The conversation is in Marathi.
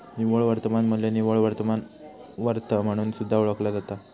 निव्वळ वर्तमान मू्ल्य निव्वळ वर्तमान वर्थ म्हणून सुद्धा ओळखला जाता